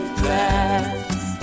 glass